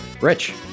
Rich